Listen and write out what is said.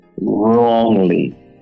wrongly